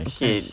Okay